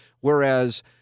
Whereas